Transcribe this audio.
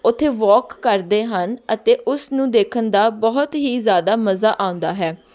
ਉੱਥੇ ਵੋਕ ਕਰਦੇ ਹਨ ਅਤੇ ਉਸਨੂੰ ਦੇਖਣ ਦਾ ਬਹੁਤ ਹੀ ਜ਼ਿਆਦਾ ਮਜ਼ਾ ਆਉਂਦਾ ਹੈ